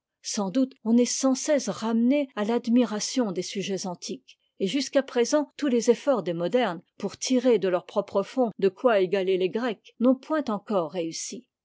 sans doute on est sans cesse ramené à l'admiration des sujets antiques et jusqu'à présent tous les efforts des modernes pour tirer de leur propre fonds de quoi égater les grecs n'ont point encore réussi